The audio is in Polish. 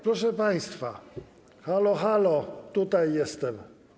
Proszę państwa, halo, halo, tutaj jestem.